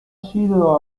sido